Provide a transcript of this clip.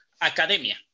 academia